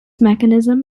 mechanism